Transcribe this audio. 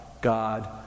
God